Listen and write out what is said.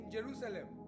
Jerusalem